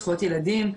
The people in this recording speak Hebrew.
זכויות ילדים.